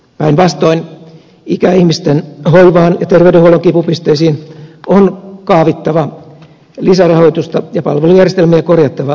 päinvastoin ikäihmisten hoivaan ja terveydenhuollon kipupisteisiin on kaavittava lisärahoitusta ja palvelujärjestelmiä korjattava tehokkaammiksi